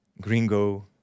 gringo